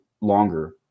longer